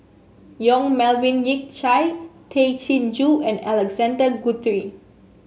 Yong Melvin Yik Chye Tay Chin Joo and Alexander Guthrie